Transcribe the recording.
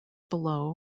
below